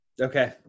Okay